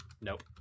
Nope